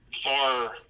far